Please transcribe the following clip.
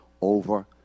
over